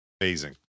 amazing